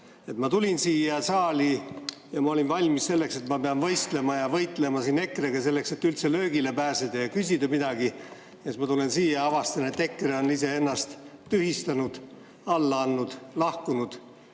Ma tulin siia saali ja olin valmis selleks, et ma pean võistlema ja võitlema siin EKRE‑ga selleks, et üldse löögile pääseda ja küsida midagi, ja siis ma tulen siia, avastan, et EKRE on iseennast tühistanud, alla andnud, lahkunud,